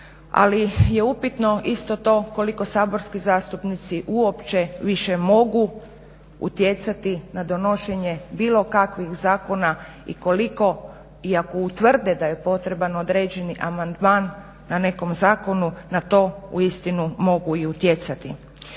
ali je upitno isto to koliko saborski zastupnici uopće više mogu utjecati na donošenje bilo kakvih zakona i koliko, i ako utvrde da je potreban određeni amandman na nekom zakonu na to uistinu mogu i utjecati.